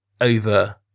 over